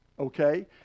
Okay